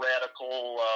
radical